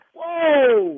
Whoa